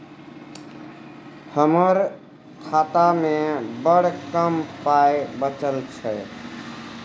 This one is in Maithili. हमर खातामे बड़ कम पाइ बचल छै